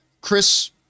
Chris